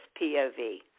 POV